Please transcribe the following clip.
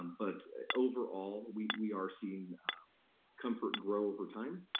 um but overall, we we are seeing comfort grow over time,